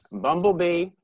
Bumblebee